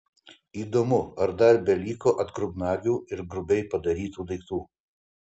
įdomu ar dar beliko atgrubnagių ir grubiai padarytų daiktų